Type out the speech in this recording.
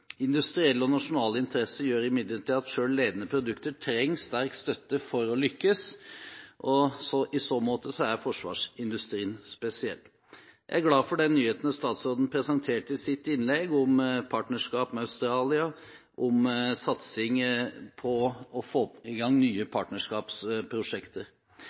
Industrielle og nasjonale interesser gjør imidlertid at selv ledende produkter trenger sterk støtte for å lykkes, og i så måte er forsvarsindustrien spesiell. Jeg er glad for de nyhetene statsråden presenterte i sitt innlegg, om partnerskap med Australia, og om satsing på å få i gang nye